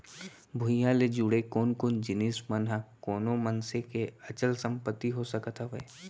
भूइयां ले जुड़े कोन कोन जिनिस मन ह कोनो मनसे के अचल संपत्ति हो सकत हवय?